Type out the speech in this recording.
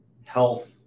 health